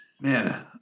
man